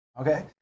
Okay